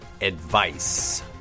advice